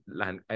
land